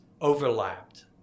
overlapped